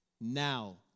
Now